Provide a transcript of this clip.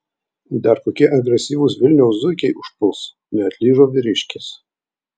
dar kokie agresyvūs vilniaus zuikiai užpuls neatlyžo vyriškis